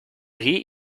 riz